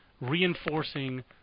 reinforcing